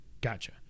Gotcha